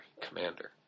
Commander